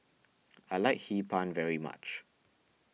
I like Hee Pan very much